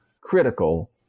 critical